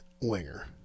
winger